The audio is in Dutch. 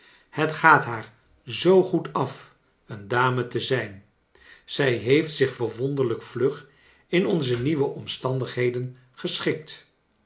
het gaat haar zoo goed af een dame te zijn zij heeft zich verwonderlijk vlug in onze nieuwe omstandigheden geschikt